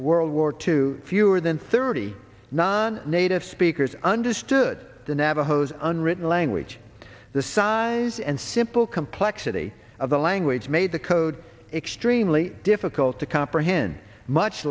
world war two fewer than thirty non native speakers understood the navajos unwritten language the size and simple complexity of the language made the code extremely difficult to comprehend much